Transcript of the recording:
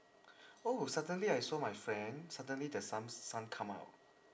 oh suddenly I saw my friend suddenly the son son come out